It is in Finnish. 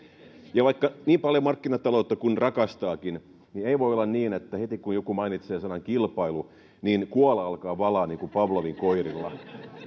ja niin paljon kuin markkinataloutta rakastaakin ei voi olla niin että heti kun joku mainitsee sanan kilpailu niin kuola alkaa valua niin kuin pavlovin koirilla